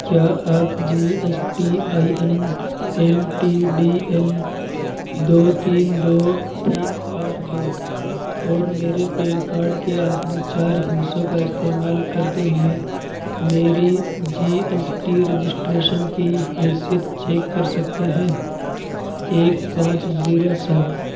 کیا آپ G S T I N L T D L دو تین دو تین آٹھ دو اور میرے پین کارڈ کے آخری چار ہندسوں کا استعمال کرتے ہوئے میری جی ایس ٹی رجسٹریشن کی حیثیت چیک کر سکتے ہیں ایک پانچ زیرو سات